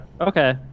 okay